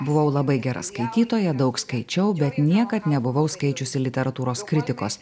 buvau labai gera skaitytoja daug skaičiau bet niekad nebuvau skaičiusi literatūros kritikos